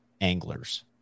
anglers